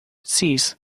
sis